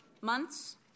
months